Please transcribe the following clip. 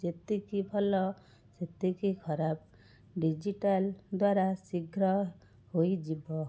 ଯେତିକି ଭଲ ସେତିକି ଖରାପ ଡିଜିଟାଲ ଦ୍ଵାରା ଶୀଘ୍ର ହୋଇଯିବ